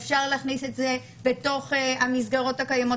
אפשר להכניס את זה בתוך המסגרות הקיימות